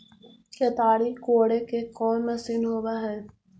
केताड़ी कोड़े के कोन मशीन होब हइ?